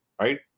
Right